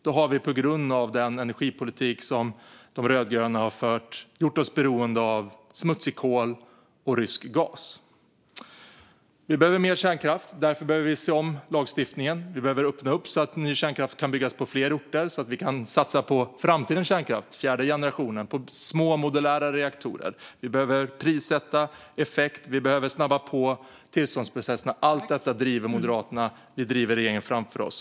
Då har vi på grund av den energipolitik som de rödgröna har fört gjort oss beroende av smutsig kol och rysk gas. Vi behöver mer kärnkraft, och därför behöver vi se över lagstiftningen. Vi behöver öppna upp så att ny kärnkraft kan byggas på fler orter och så att vi kan satsa på framtidens kärnkraft - fjärde generationen med små modulära reaktorer. Vi behöver prissätta effekt, och vi behöver snabba på tillståndsprocesserna. Allt detta driver vi i Moderaterna. Vi driver regeringen framför oss.